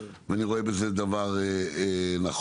ואני רואה בזה דבר נכון.